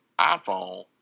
iPhone